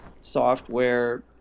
software